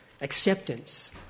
acceptance